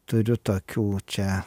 turiu tokių čia